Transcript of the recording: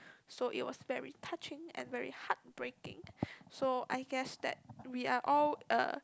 so it was very touching and very heartbreaking so I guess that we are all uh